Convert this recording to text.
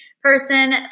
person